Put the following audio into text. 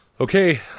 Okay